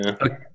Okay